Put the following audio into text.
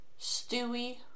Stewie